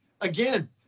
again